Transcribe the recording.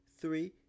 three